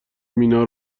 مینا